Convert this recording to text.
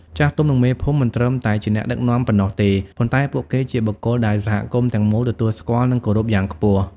ចាស់ទុំ និងមេភូមិ មិនត្រឹមតែជាអ្នកដឹកនាំប៉ុណ្ណោះទេ ប៉ុន្តែពួកគេជាបុគ្គលដែលសហគមន៍ទាំងមូលទទួលស្គាល់ និងគោរពយ៉ាងខ្ពស់។